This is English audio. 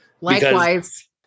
Likewise